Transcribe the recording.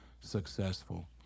successful